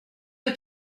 est